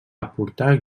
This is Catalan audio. aportar